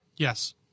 Yes